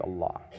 Allah